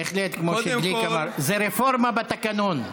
בהחלט, כמו שגליק אמר, זו רפורמה בתקנון.